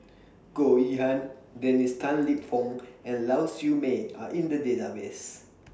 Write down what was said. Goh Yihan Dennis Tan Lip Fong and Lau Siew Mei Are in The Database